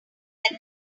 that